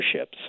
ships